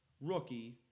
rookie